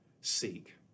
seek